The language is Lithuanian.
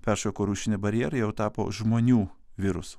peršoko rūšinį barjerą jau tapo žmonių virusu